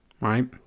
right